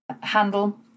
handle